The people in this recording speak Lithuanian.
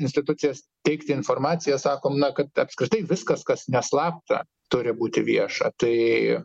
institucijas teikti informaciją sakom na kad apskritai viskas kas neslapta turi būti vieša tai